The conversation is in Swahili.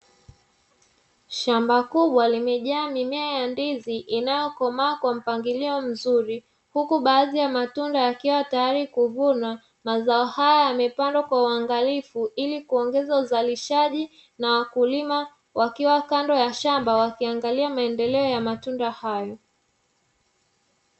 Shamba kubwa limejaa mimea ya ndizi, inayokomaa kwa mpangilio mzuri huku baadhi ya matunda yakiwa tayari kuvunwa, mazao haya yamepandwa kwa uangalifu, ili kuongeza uzalishaji na wakulima wakiwa kando ya shamba wakiangalia maendeleo ya matunda hayo.